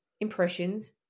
impressions